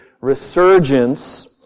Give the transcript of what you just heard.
resurgence